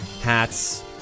hats